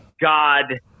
God